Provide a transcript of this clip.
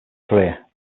career